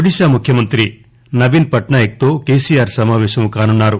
ఒడిశా ముఖ్యమంత్రి నవీన్ పట్సాయక్తో కెసిఆర్ సమాపేశం కానున్నారు